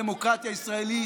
לעצור.